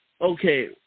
okay